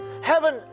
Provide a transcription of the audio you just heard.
Heaven